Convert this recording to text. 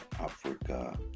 Africa